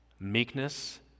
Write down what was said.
Meekness